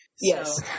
yes